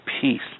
peace